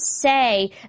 say